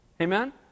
Amen